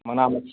ꯃꯅꯥ ꯃꯁꯤꯡ